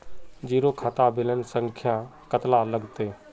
Zero खाता balance संख्या कतला लगते?